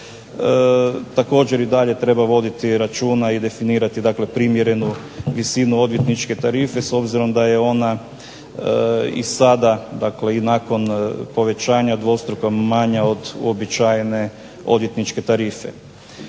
Također i dalje treba voditi računa i definirati primjerenu visinu odvjetničke tarife s obzirom da je ona i sada nakon povećanja dvostruko manja od uobičajene odvjetničke tarife.